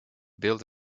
built